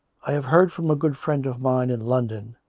i have heard from a good friend of mine in london,